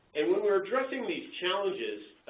and when we're addressing these challenges,